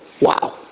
Wow